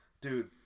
dude